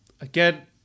again